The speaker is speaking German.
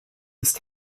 ist